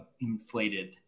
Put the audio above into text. inflated